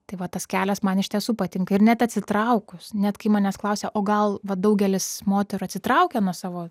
tai va tas kelias man iš tiesų patinka ir net atsitraukus net kai manęs klausia o gal va daugelis moterų atsitraukia nuo savo